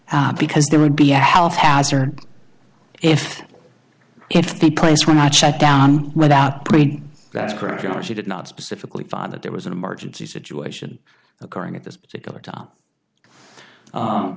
because there would be a health hazard if if the place were not shut down without great courage she did not specifically find that there was an emergency situation occurring at this particular time